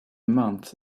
month